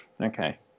okay